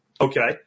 Okay